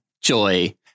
Joy